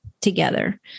together